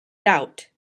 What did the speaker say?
doubt